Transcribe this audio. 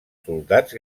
soldats